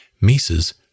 Mises